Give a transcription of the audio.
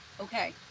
Okay